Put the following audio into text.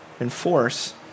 enforce